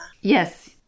Yes